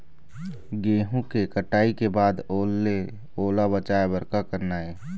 गेहूं के कटाई के बाद ओल ले ओला बचाए बर का करना ये?